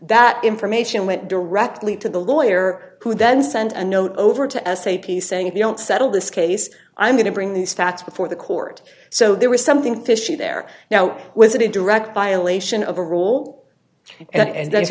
that information went directly to the lawyer who then sent a note over to s a p saying if you don't settle this case i'm going to bring these facts before the court so there was something fishy there now was it in direct violation of a rule and then